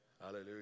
Hallelujah